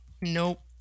Nope